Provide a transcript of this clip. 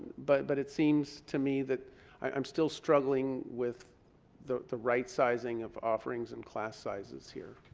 but but it seems to me that i'm still struggling with the the right sizing of offerings and class sizes here.